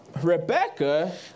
Rebecca